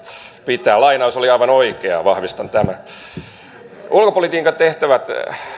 pitää lainaus oli aivan oikea vahvistan tämän ulkopolitiikan tehtävät